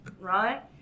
right